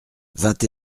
vingt